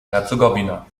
herzegowina